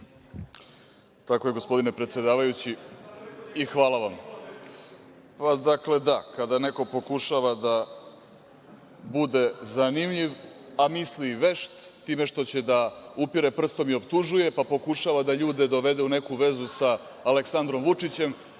Tako je, gospodine predsedavajući, i hvala vam. Dakle, kada neko pokušava da bude zanimljiv, a misli i vešt, time što će da upire prstom i optužuje, pa pokušava da ljude dovede u neku vezu sa Aleksandrom Vučićem,